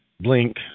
Blink